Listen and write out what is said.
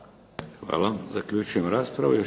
Hvala. Zaključujem raspravu.